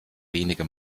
wenige